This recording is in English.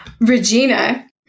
Regina